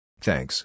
Thanks